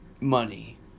money